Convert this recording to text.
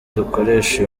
dukoresha